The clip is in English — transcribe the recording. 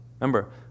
remember